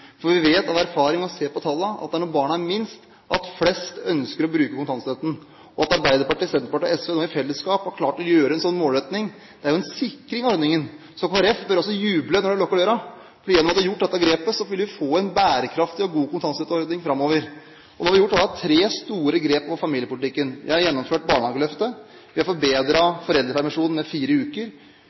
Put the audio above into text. kr. Vi vet av erfaring og ser av tallene at det er når barnet er minst, at flest ønsker å bruke kontantstøtten. Når Arbeiderpartiet, Senterpartiet og SV nå i fellesskap har klart å gjøre en sånn målretting, er jo det en sikring av ordningen. Så Kristelig Folkeparti bør også juble når de lukker døra, for gjennom at vi har gjort dette grepet, vil vi få en bærekraftig og god kontantstøtteordning framover. Nå har vi gjort tre store grep i familiepolitikken: Vi har gjennomført barnehageløftet, vi har forbedret foreldrepermisjonen med fire uker